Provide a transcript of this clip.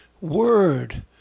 word